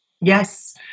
yes